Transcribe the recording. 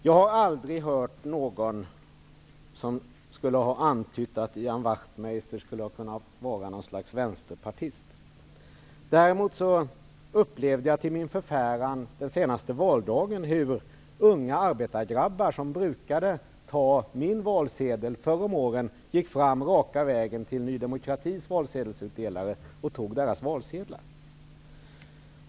Jag har aldrig hört någon som skulle ha antytt att Ian Wachtmeister är en vänsterpartist. Däremot upplevde jag till min förfäran den senaste valdagen hur unga arbetargrabbar, som förr om åren brukade ta en valsedel för mitt parti, gick raka vägen fram till Ny demokratis valsedelsutdelare och tog Ny demokratis valsedlar.